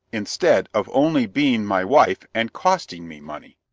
instead of only being my wife and costing me money.